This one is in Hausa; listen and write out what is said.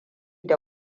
da